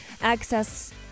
access